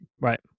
Right